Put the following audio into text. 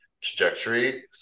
trajectory